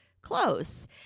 close